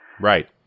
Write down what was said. Right